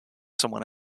someone